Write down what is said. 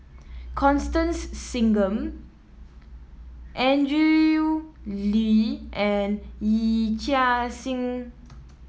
Constance Singam Andrew Lee and Yee Chia Hsing